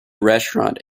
restaurant